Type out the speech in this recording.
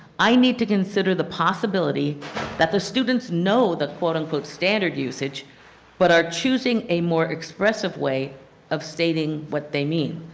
i need to consider the possibility that the students know the quote-unquote standard usage but are choosing a more expressive way of stating what they mean.